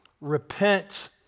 Repent